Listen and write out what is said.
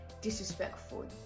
disrespectful